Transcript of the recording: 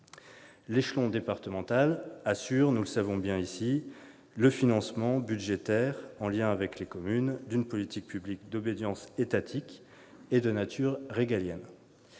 l'échelon départemental assure- nous le savons bien ici -le financement budgétaire, en lien avec les communes, d'une politique publique d'obédience étatique et de nature régalienne.